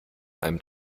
einem